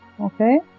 Okay